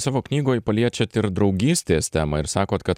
savo knygoj paliečiat ir draugystės temą ir sakot kad